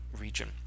region